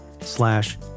slash